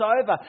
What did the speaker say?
over